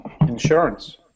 Insurance